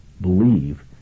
believe